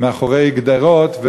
מאחורי גדרות,